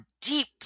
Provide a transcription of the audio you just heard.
deep